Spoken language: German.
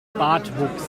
bartwuchs